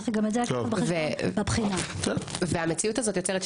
גם זאת צריך לקחת בחשבון בבחינה.